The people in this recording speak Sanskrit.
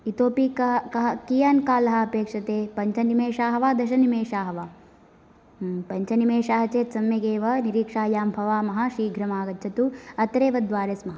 इतोपि कः कः कियन् कालः अपेक्षते पञ्चनिमेषाः वा दशनिमेषाः वा पञ्चनिमेषः चेत् सम्यक् एव निरीक्षायां भवामः शीघ्रम् आगच्छतु अत्रेव द्वारे स्मः